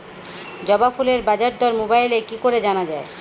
জবা ফুলের বাজার দর মোবাইলে কি করে জানা যায়?